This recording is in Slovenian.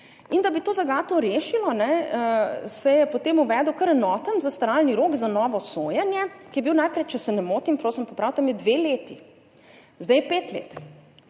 Da to zagato rešimo, se je potem uvedel kar enoten zastaralni rok za novo sojenje, ki je bil najprej, če se ne motim, prosim, popravite me, dve leti, zdaj, je pet let.